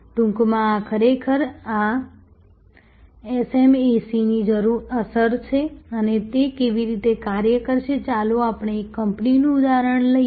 ટૂંકમાં આ ખરેખર આ SMAC ની અસર છે અને તે કેવી રીતે કાર્ય કરશે ચાલો આપણે એક કંપનીનું ઉદાહરણ લઈએ